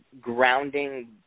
grounding